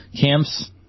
camps